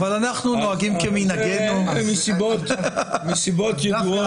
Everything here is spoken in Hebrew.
מסיבות ידועות,